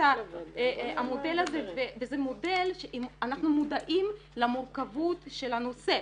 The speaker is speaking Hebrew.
המודל הזה וזה מודל שאנחנו מודעים למורכבות של הנושא.